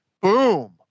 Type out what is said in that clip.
boom